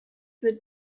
that